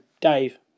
Dave